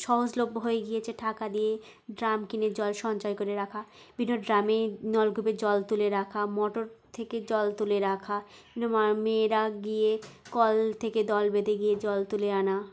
সহজলভ্য হয়েই গিয়েছে ঠাকা দিয়ে ড্রাম কিনে জল সঞ্চায় করে রাখা ভিন্ন ড্রামে নলকূপের জল তুলে রাখা মোটর থেকে জল তুলে রাখা মেয়েরা গিয়ে কল থেকে দল বেঁধে গিয়ে জল তুলে আনা